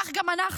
כך גם אנחנו.